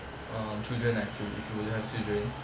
um children ah if you if you have children